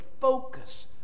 focus